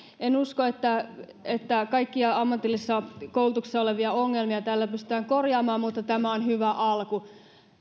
en usko että että kaikkia ammatillisessa koulutuksessa olevia ongelmia tällä pystytään korjaamaan mutta tämä on hyvä alku